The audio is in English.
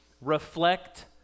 reflect